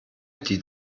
die